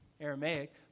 Aramaic